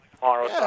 tomorrow